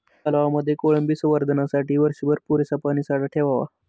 तलावांमध्ये कोळंबी संवर्धनासाठी वर्षभर पुरेसा पाणीसाठा ठेवावा